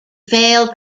failed